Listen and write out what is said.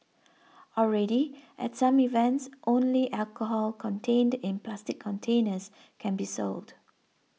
already at some events only alcohol contained in plastic containers can be sold